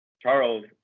charles